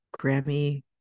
Grammy